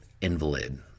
invalid